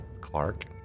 Clark